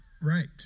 Right